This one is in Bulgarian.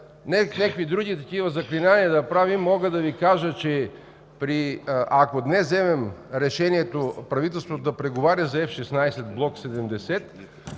някакви други такива заклинания да правим, мога да Ви кажа, че ако днес вземем решението – правителството да преговаря за F-16 Block 70,